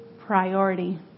priority